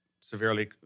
severely